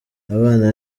abana